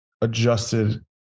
adjusted